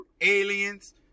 aliens